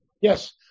Yes